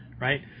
Right